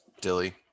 Dilly